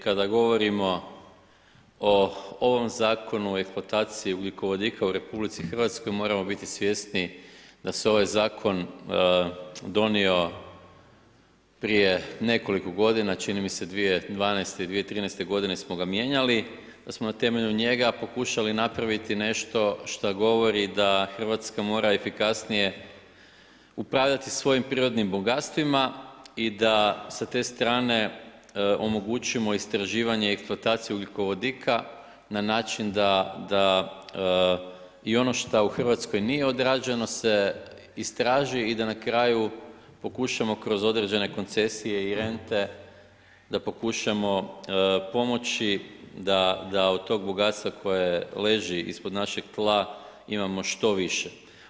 Kada govorimo o ovom Zakonu o eksploataciji ugljikovodika u Republici Hrvatskoj moramo biti svjesni da se ovaj zakon donio prije nekoliko godina, čini mi se 2012. i 2013. godine smo ga mijenjali, da smo na temelju njega pokušali napraviti nešto što govori da Hrvatska mora efikasnije upravljati svojim prirodnim bogatstvima i da sa te strane omogućimo istraživanje eksploataciju ugljikovodika na način da i ono što u Hrvatskoj nije odrađeno se istraži i da na kraju pokušamo kroz određene koncesije i rente da pokušamo pomoći da od tog bogatstva koje leži ispod našeg tla imamo što više.